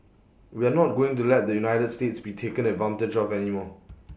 we are not going to let the united states be taken advantage of any more